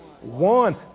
one